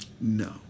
No